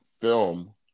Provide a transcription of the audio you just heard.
film